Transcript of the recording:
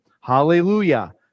Hallelujah